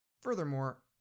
Furthermore